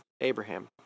Abraham